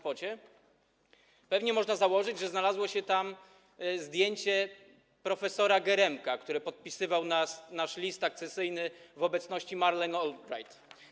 Pewnie można byłoby założyć, że znalazło się tam zdjęcie prof. Geremka, który podpisywał nasz list akcesyjny w obecności Madeleine Albright.